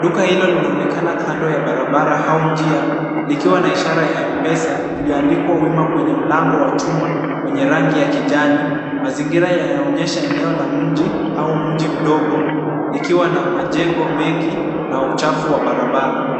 Duka hilo linaonekana kando ya barabara au njia likiwa na ishara ya mpesa liliandikwa wima kwenye mlango wa chuma wenye rangi ya kijani. Mazingira yanaonyesha eneo la mji au mji mdogo likiwa na majengo mengi na uchafu wa barabara.